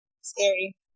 Scary